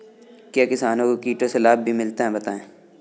क्या किसानों को कीटों से लाभ भी मिलता है बताएँ?